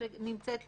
הצביעה